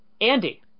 Andy